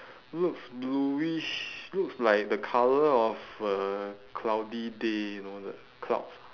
looks bluish looks like the colour of a cloudy day you know the clouds